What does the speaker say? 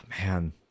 Man